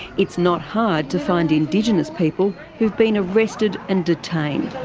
it's not hard to find indigenous people who've been arrested and detained.